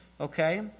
okay